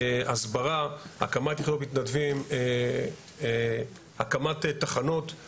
הסברה, הקמת מערך מתנדבים, הקמת תחנות.